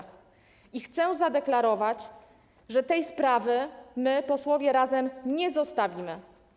Chcę zadeklarować, że tej sprawy my, posłowie Razem, nie zostawimy.